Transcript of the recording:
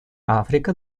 африка